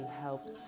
helps